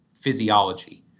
physiology